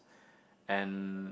and